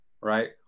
right